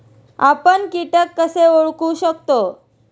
आपण कीटक कसे ओळखू शकतो?